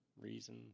reason